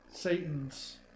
Satan's